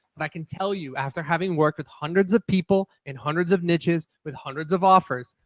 but i can tell you after having worked with hundreds of people in hundreds of niches with hundreds of offers,